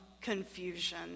confusion